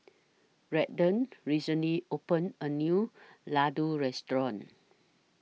Redden recently opened A New Ladoo Restaurant